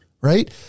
Right